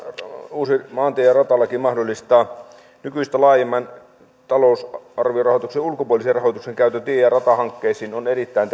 uusi maantie ja ratalaki mahdollistaa nykyistä laajemman talousarviorahoituksen ulkopuolisen rahoituksen käytön tie ja ratahankkeisiin on erittäin